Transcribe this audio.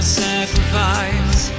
sacrifice